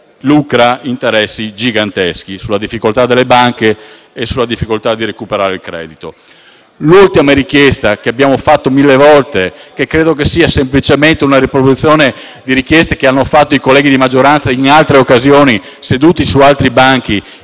lucra interessi giganteschi sulla difficoltà delle banche e sulla difficoltà di recuperare il credito. L'ultima richiesta che abbiamo fatto mille volte, che credo sia una riproduzione di richieste avanzate dai colleghi di maggioranza in altre occasioni, seduti su altri banchi,